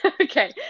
Okay